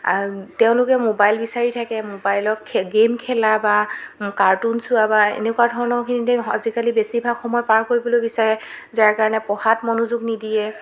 তেওঁলোকে মোবাইল বিচাৰি থাকে মোবাইলত খে গে'ম খেলা বা কাৰ্টোন চোৱা বা এনেকুৱা ধৰণৰ খিনিতে আজিকালি বেছিভাগ সময় পাৰ কৰিবলৈ বিচাৰে যাৰ কাৰণে পঢ়াত মনোযোগ নিদিয়ে